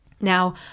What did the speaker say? now